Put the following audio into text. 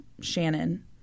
Shannon